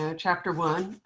ah chapter one.